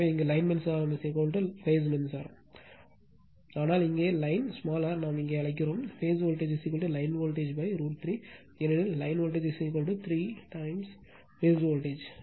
ஆனால் இங்கே லைன் மின்சாரம் பேஸ் மின்சாரம் ஆனால் இங்கே லைன் r நாம் இங்கே அழைக்கிறோம் பேஸ் வோல்டேஜ் லைன் வோல்டேஜ் √ 3 ஏனெனில் லைன் வோல்டேஜ் 3 மடங்கு பேஸ் வோல்ட்டேஜ்